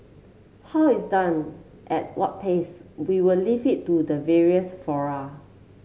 how it's done at what pace we will leave it to the various fora